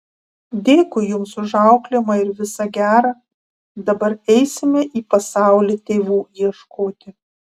dėkui jums už auklėjimą ir visa gera dabar eisime į pasaulį tėvų ieškoti